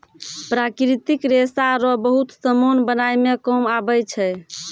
प्राकृतिक रेशा रो बहुत समान बनाय मे काम आबै छै